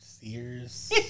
Sears